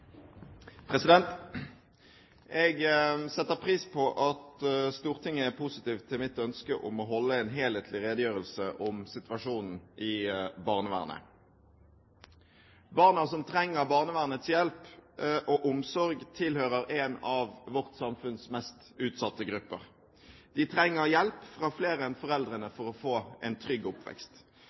Barna som trenger barnevernets hjelp og omsorg, tilhører en av vårt samfunns mest utsatte grupper. De trenger hjelp fra flere enn foreldrene for å få en trygg oppvekst.